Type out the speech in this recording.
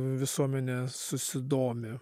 visuomenė susidomi